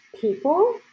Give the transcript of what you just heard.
people